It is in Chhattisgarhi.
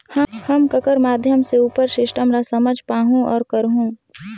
हम ककर माध्यम से उपर सिस्टम ला समझ पाहुं और करहूं?